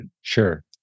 Sure